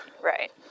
Right